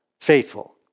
faithful